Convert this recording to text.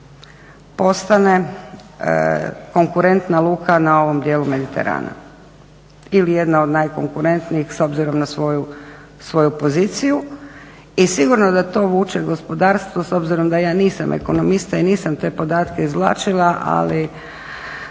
postane konkurentna luka na ovom dijelu mediterana ili jedna od najkonkurentnijih s obzirom na svoju poziciju. I sigurno da to vuče gospodarstvo s obzirom da ja nisam ekonomista i nisam te podatke izvlačila ali